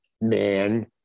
man